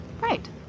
Right